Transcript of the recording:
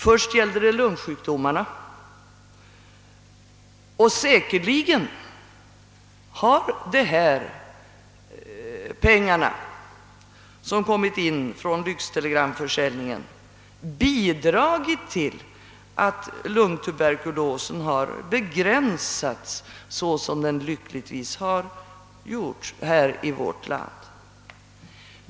Först gällde det lungsjukdomarna, och säkerligen har dessa pengar från lyxtelegramförsäljningen bidragit till att lungtuberkulosen begränsats i vårt land.